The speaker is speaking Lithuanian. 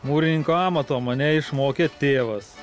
mūrininko amato mane išmokė tėvas